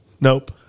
Nope